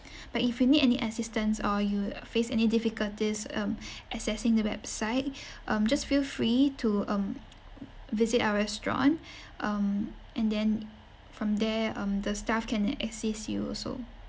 but if you need any assistance or you face any difficulties um accessing the website um just feel free to um visit our restaurant um and then from there um the staff can assist you also